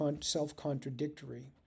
self-contradictory